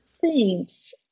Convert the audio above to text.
thanks